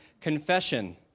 confession